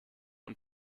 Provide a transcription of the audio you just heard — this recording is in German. und